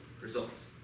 results